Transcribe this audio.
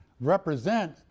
represent